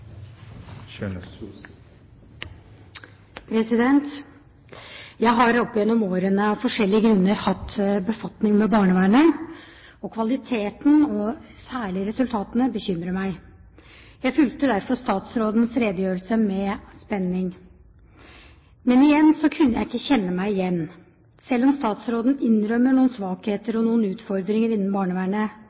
kvaliteten og særlig resultatene bekymrer meg. Jeg fulgte derfor statsrådens redegjørelse med spenning. Men igjen kunne jeg ikke kjenne meg igjen. Selv om statsråden innrømmer noen svakheter og noen utfordringer innen barnevernet,